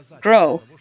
grow